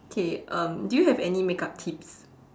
K um do you have any makeup tips